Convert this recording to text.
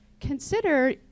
consider